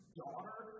daughter